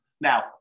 Now